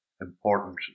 important